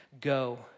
Go